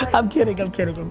i'm kidding, i'm kidding.